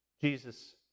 Jesus